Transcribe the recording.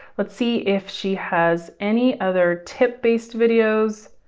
let's see if she has any other tip based videos.